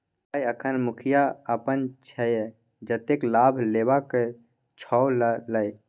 गय अखन मुखिया अपन छियै जतेक लाभ लेबाक छौ ल लए